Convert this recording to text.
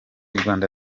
rwanda